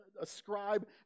ascribe